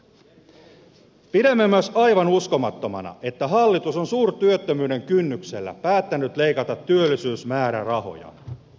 pidämme myös aivan uskomattomana että hallitus on suurtyöttömyyden kynnyksellä päättänyt leikata työllisyysmäärärahoja